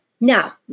now